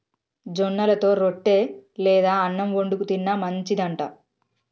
జొన్నలతో రొట్టె లేదా అన్నం వండుకు తిన్న మంచిది అంట